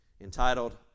Entitled